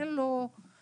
אין לו הכנסה,